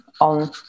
on